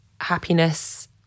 happiness